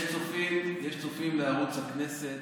יש צופים בערוץ הכנסת,